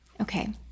Okay